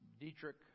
Dietrich